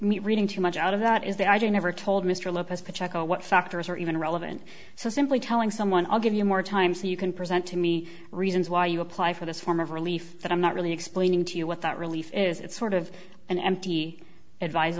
me reading too much out of that is that i never told mr lopez pacheco what factors are even relevant so simply telling someone i'll give you more time so you can present to me reasons why you apply for this form of relief that i'm not really explaining to you what that relief is it's sort of an empty advise